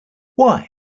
why